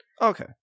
Okay